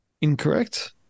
Incorrect